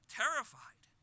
terrified